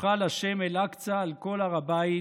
הוחל השם אל-אקצא על כל הר הבית,